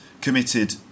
committed